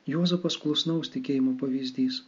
juozapas klusnaus tikėjimo pavyzdys